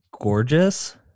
gorgeous